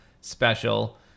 special